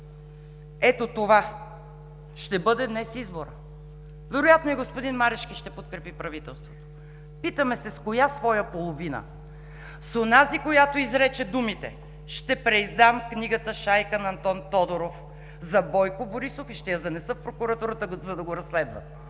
Ето това ще бъде днес изборът. Вероятно и господин Марешки ще подкрепи правителството. Питаме се с коя своя половина: с онази, която изрече думите: „ще преиздам книгата „Шайка“ на Антон Тодоров за Бойко Борисов и ще я занеса в Прокуратурата, за да го разследват“,